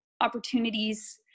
opportunities